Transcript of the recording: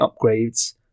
upgrades